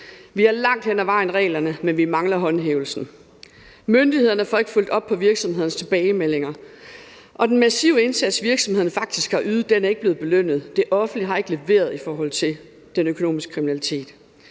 vi har langt hen ad vejen reglerne, men vi mangler håndhævelsen. Myndighederne får ikke fulgt op på virksomhedernes tilbagemeldinger, og den massive indsats, som virksomhederne faktisk har ydet, er ikke blevet belønnet; det offentlige har ikke leveret i forhold til den økonomiske kriminalitet.